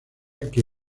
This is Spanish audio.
que